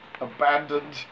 Abandoned